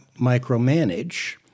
micromanage